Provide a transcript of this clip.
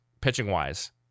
pitching-wise